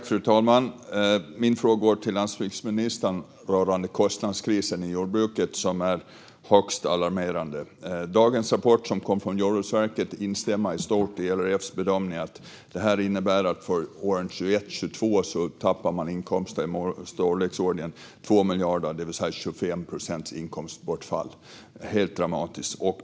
Fru talman! Min fråga går till landsbygdsministern rörande kostnadskrisen i jordbruket, som är högst alarmerande. Dagens rapport som kom från Jordbruksverket instämmer i stort i LRF:s bedömningar att det innebär att för åren 2021 och 2022 tappar man inkomster i storleksordningen 2 miljarder, det vill säga 25 procents inkomstbortfall. Det är helt dramatiskt.